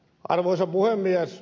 arvoisa puhemies